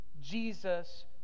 Jesus